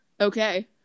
okay